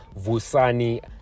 Vusani